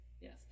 yes